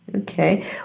Okay